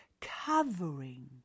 covering